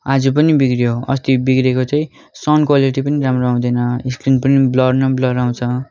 आज पनि बिग्रियो अस्ति बिग्रेको चाहिँ साउन्ड क्वालिटी पनि राम्रो आउँदैन स्क्रिन पनि ब्लर न ब्लर आउँछ